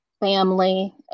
family